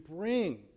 bring